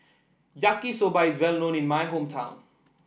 Yaki Soba is well known in my hometown